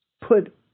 put